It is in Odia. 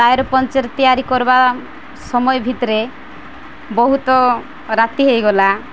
ଟାୟାର ପଂଚର ତିଆରି କରବା ସମୟ ଭିତରେ ବହୁତ ରାତି ହେଇଗଲା